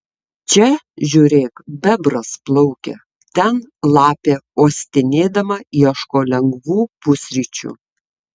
čia žiūrėk bebras plaukia ten lapė uostinėdama ieško lengvų pusryčių